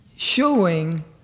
showing